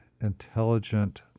intelligent